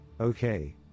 Okay